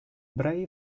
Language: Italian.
brave